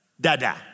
dada